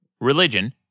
religion